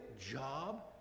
job